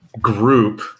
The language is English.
group